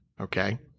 okay